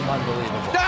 Unbelievable